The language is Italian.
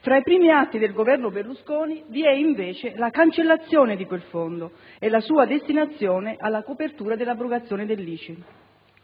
Tra i primi atti del Governo Berlusconi vi è, invece, la cancellazione di quel fondo e la sua destinazione alla copertura dell'abrogazione dell'ICI.